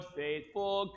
faithful